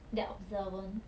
that observant